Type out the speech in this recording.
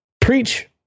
Preach